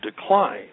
decline